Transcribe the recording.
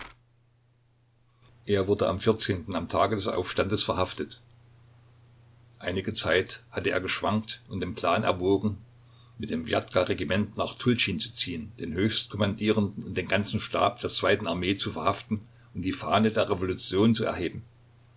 er wurde am vierzehnten am tage des aufstandes verhaftet einige zeit hatte er geschwankt und den plan erwogen mit dem wjatka regiment gegen tultschin zu ziehen den höchstkommandierenden und den ganzen stab der zweiten armee zu verhaften und die fahne der revolution zu erheben